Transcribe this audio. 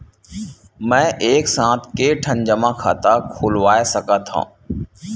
मैं एक साथ के ठन जमा खाता खुलवाय सकथव?